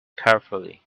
carefully